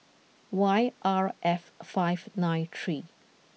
Y R F five nine three